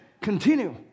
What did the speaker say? continue